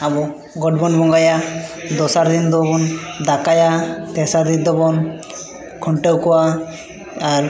ᱟᱵᱚ ᱜᱚᱴ ᱵᱚᱱ ᱵᱚᱸᱜᱟᱭᱟ ᱫᱚᱥᱟᱨ ᱫᱤᱱ ᱫᱚᱵᱚᱱ ᱫᱟᱠᱟᱭᱟ ᱛᱮᱥᱟᱨ ᱫᱤᱱ ᱫᱚᱵᱚᱱ ᱠᱷᱩᱱᱴᱟᱹᱣ ᱠᱚᱣᱟ ᱟᱨ